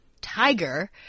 tiger